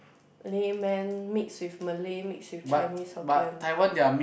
layman mix with malay mix with Chinese Hokkien